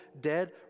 dead